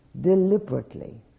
deliberately